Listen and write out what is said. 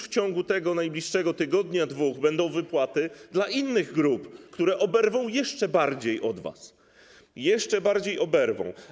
W ciągu tego najbliższego tygodnia, dwóch tygodni będą wypłaty dla innych grup, które oberwą jeszcze bardziej od was, jeszcze bardziej oberwą.